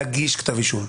להגיש כתב אישום.